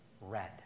red